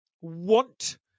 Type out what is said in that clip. want